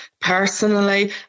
personally